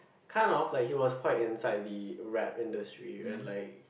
kind of like he was quite inside the rap industry and like